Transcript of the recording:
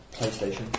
PlayStation